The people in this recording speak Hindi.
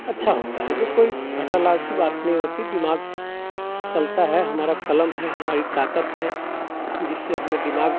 अच्छा होता है जो कोई घाटा लाभ की बात नहीं होती दिमाग चलता है हमारा कलम है हमारी ताकत है जिससे हमें दिमाग